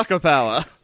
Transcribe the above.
Power